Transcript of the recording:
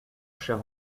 chère